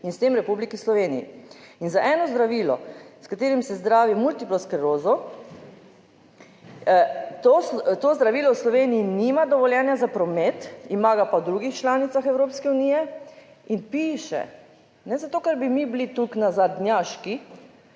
in s tem v Republiki Sloveniji. In za eno zdravilo, s katerim se zdravi multiplosklerozo. To zdravilo v Sloveniji nima dovoljenja za promet, ima ga pa v drugih članicah Evropske unije in piše, ne zato, ker bi mi bili tako nazadnjaški,